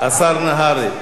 השר נהרי.